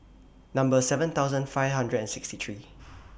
Number seven thousand five hundred and sixty three